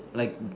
like